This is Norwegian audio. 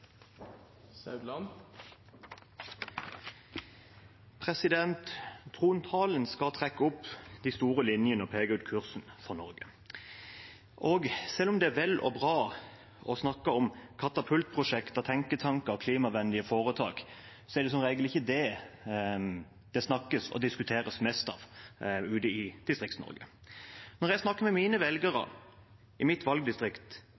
Trontalen skal trekke opp de store linjene og peke ut kursen for Norge. Selv om det er vel og bra å snakke om katapultprosjekt, tenketanker og klimavennlige foretak, er det som regel ikke det det snakkes om og diskuteres mest ute i Distrikts-Norge. Når jeg snakker med mine velgere i mitt valgdistrikt,